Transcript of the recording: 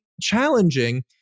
challenging